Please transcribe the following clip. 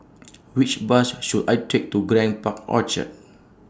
Which Bus should I Take to Grand Park Orchard